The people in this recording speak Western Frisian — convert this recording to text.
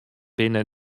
binne